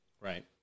Right